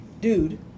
dude